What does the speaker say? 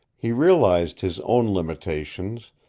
he realized his own limitations,